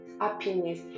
happiness